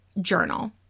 journal